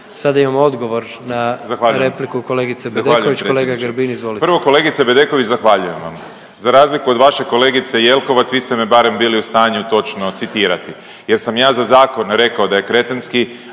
Grbin izvolite. **Grbin, Peđa (SDP)** Zahvaljujem predsjedniče. Prvo kolegice Bedeković zahvaljujem vam, za razliku od vaše kolegice Jelkovac vi ste me barem bili u stanju točno citirati jer sam ja za zakon rekao da je kretenski,